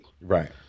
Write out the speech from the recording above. right